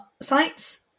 sites